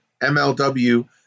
MLW